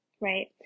right